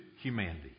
humanity